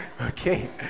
Okay